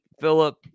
Philip